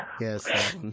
Yes